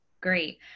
Great